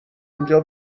اونجا